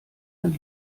ein